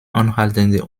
anhaltende